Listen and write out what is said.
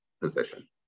position